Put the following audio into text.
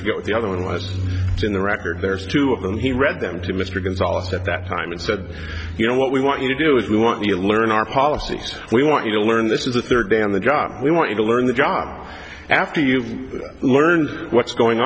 got the other one was in the record there's two of them he read them to mr gonzales at that time and said you know what we want you to do is we want you to learn our policies we want you to learn this is the third day on the job we want you to learn the job after you learn what's going